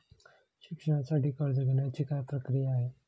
शिक्षणासाठी कर्ज घेण्याची काय प्रक्रिया आहे?